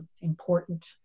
important